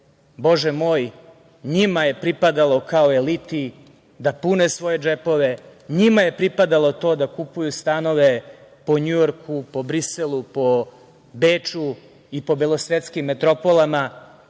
Bože moj, njima je pripadalo kao eliti da pune svoje džepove, njima je pripadalo to da kupuju stanove po Njujorku, Briselu, Beču i belosvetskim metropolama. Njihovim